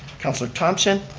councilor thompson,